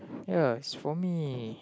ya is for me